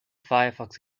firefox